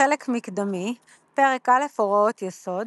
חלק מקדמי פרק א' הוראות יסוד